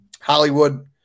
Hollywood –